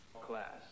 Class